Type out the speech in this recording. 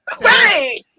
Right